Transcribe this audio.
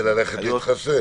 וללכת להתחסן.